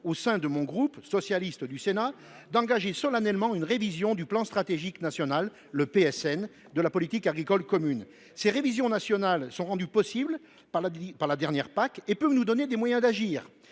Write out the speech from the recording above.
la ministre, le groupe socialiste du Sénat vous demande d’engager solennellement une révision du plan stratégique national (PSN) de la politique agricole commune (PAC). Ces révisions nationales sont rendues possibles par la dernière PAC, et peuvent nous donner des moyens d’agir